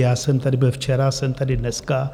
Já jsem tady byl včera a jsem tady dneska.